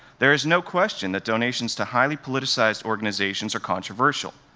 there is no question that donations to highly politicized organizations are controversy.